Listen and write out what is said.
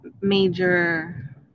major